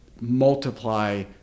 multiply